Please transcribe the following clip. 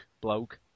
bloke